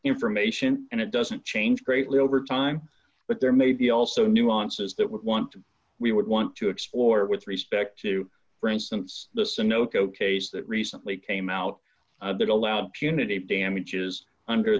information and it doesn't change greatly over time but there may be also nuances that would want to we would want to explore with respect to for instance the sunoco case that recently came out of that allow punitive damages under